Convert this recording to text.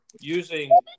using